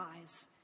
eyes